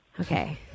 Okay